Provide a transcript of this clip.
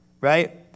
right